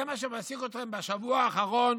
זה מה שמעסיק אתכם בשבוע האחרון